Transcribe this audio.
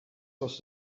was